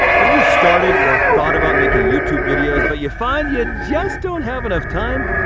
have you started or thought about making youtube videos but you find you just don't have enough time?